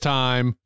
time